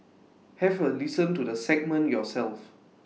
have A listen to the segment yourself